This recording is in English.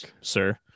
sir